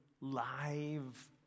live